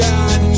God